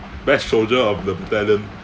best soldier of the battalion